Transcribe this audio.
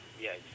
Yes